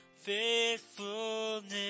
faithfulness